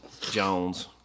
Jones